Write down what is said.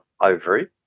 ovary